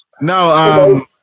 No